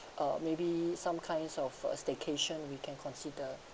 uh maybe some kinds of uh staycation we can consider